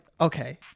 okay